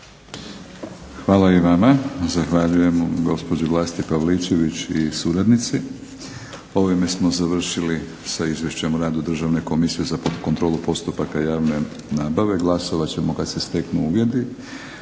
Hvala i vama. Zahvaljujem gospođi Vlasti Pavlaičević i suradnici. Ovime smo završili sa Izvješćem o radu državne komisije za kontrolu postupaka javne nabave. Glasovat ćemo kad se steknu uvjeti.